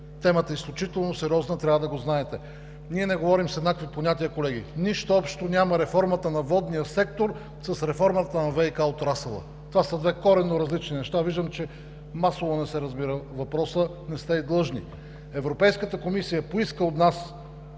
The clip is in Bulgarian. Темата е изключително сериозна! Трябва да го знаете! Ние не говорим с еднакви понятия, колеги. Нищо общо няма реформата на водния сектор с реформата на ВиК отрасъла. Това са две коренно различни неща. Виждам, че масово не се разбира въпросът, не сте и длъжни. Европейската комисия поиска от нас